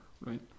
right